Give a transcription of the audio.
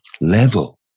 level